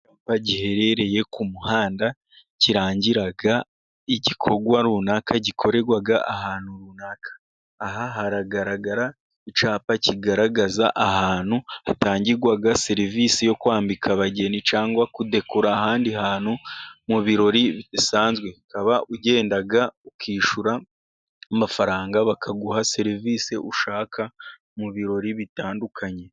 icyu giherereye ku muhanda kirangiraga igikorwa runaka gikorerwaga ahantu runaka aha haragaragara icyapa kigaragaza ahantu hatangirwaga serivisi yo kwambika abageni cyangwa kudekura ahandi hantu mu birori bisanzwe ukaba ugenda ukishyura n'amafaranga bakaguha serivisi ushaka mu birori bitandukanye